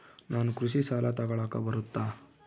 ನಾನು ಕೃಷಿ ಸಾಲ ತಗಳಕ ಬರುತ್ತಾ?